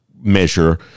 measure